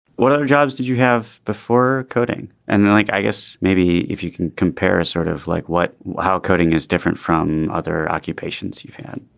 what other jobs did you have before coding? and like i guess maybe if you can compare a sort of like what how coding is different from other occupations you've had?